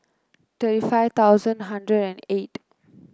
thirty five thousand hundred and eight